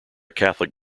catholic